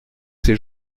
ces